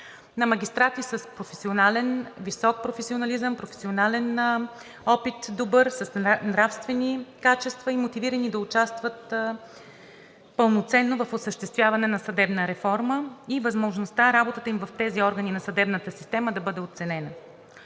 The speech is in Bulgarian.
на магистрати с висок професионализъм, добър професионален опит, с нравствени качества и мотивирани да участват пълноценно в осъществяване на съдебна реформа и възможността работата им в тези органи на съдебната система да бъде оценена.